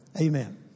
Amen